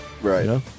Right